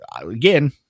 again